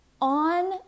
on